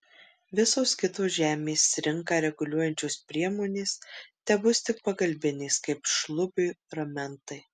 visos kitos žemės rinką reguliuojančios priemonės tebus tik pagalbinės kaip šlubiui ramentai